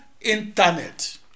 internet